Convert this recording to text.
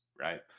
right